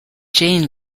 jane